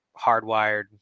hardwired